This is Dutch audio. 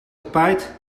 tapijt